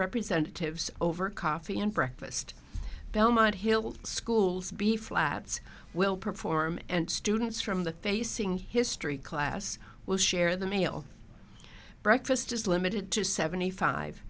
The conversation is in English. representatives over coffee and breakfast belmont hill schools be flats will perform and students from the facing history class will share the meal breakfast is limited to seventy five